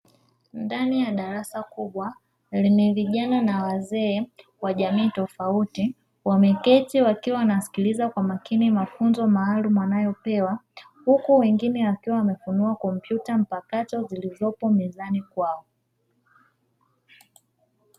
Ndani ya darasa kubwa lenye vijana na wazee wa jamii tofauti wameketi wakiwa wanasikiliza kwa makini mafunzo maalumu wanayopewa, huku wengine wakiwa wamefunua kompyuta mpakato zilizopo mezani kwao.